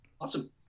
Awesome